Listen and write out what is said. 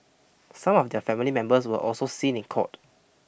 some of their family members were also seen in court